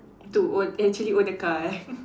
to own actually own a car eh